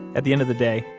at the end of the day,